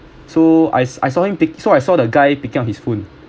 so I saw I saw him pick so I saw the guy picking up his phone